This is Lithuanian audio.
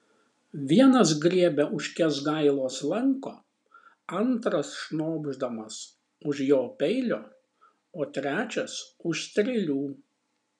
vienas griebia už kęsgailos lanko antras šnopšdamas už jo peilio o trečias už strėlių